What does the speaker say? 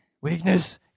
Weakness